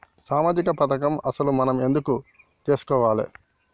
సామాజిక పథకం అసలు మనం ఎందుకు చేస్కోవాలే?